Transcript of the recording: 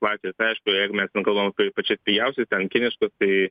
klasės aišku jeigu mes ten kalbam apie pačias pigiausias ten kiniškas tai